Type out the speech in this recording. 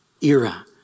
era